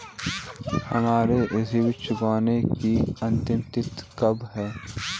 हमारी ऋण चुकाने की अंतिम तिथि कब है?